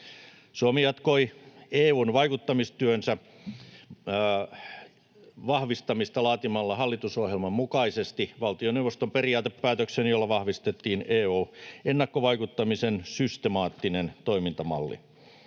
Suomi jatkoi EU:n vaikuttamistyönsä vahvistamista laatimalla hallitusohjelman mukaisesti valtioneuvoston periaatepäätöksen, jolla vahvistettiin EU-ennakkovaikuttamisen systemaattinen toimintamalli.